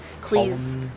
Please